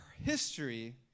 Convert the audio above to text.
history